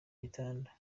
gitanda